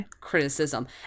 criticism